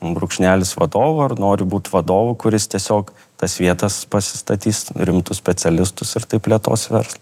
brūkšnelis vadovų ar noriu būti vadovu kuris tiesiog tas vietas pasistatys rimtus specialistus ir taip plėtos verslą